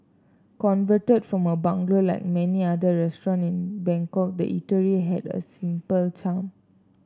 converted from a bungalow like many other restaurant in Bangkok the eatery had a simple charm